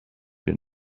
wir